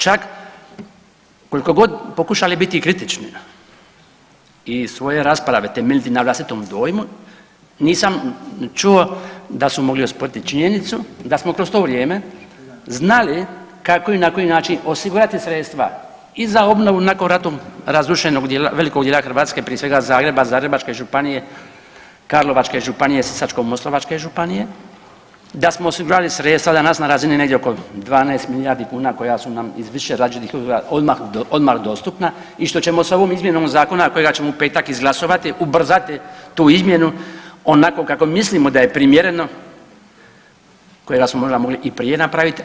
Čak koliko god pokušali biti kritični i svoje rasprave temeljiti na vlastitom dojmu nisam čuo da su mogli osporiti činjenicu da smo kroz to vrijeme znali kako i na koji način osigurati sredstva i za obnovu nakon ratom razrušenog velikog dijela Hrvatske, prije svega Zagreba, Zagrebačke županije, Karlovačke županije, Sisačko-moslavačke županije, da smo osigurali sredstva danas na razini negdje oko 12 milijardi kuna koja su nam iz više … [[ne razumije se]] odmah dostupna i što ćemo sa ovom izmjenom zakona kojega ćemo u petak izglasovati ubrzati tu izmjenu onako kako mislimo da je primjereno, kojega smo možda mogli i prije napraviti.